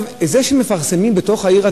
זה שמפרסמים בתוך העיר העתיקה,